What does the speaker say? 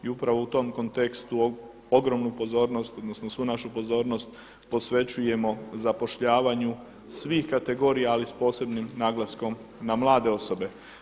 I upravo u tom kontekstu ogromnu pozornost odnosno svu našu pozornost posvećujemo zapošljavanju svih kategorija, ali s posebnim naglaskom na mlade osobe.